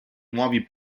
nuovi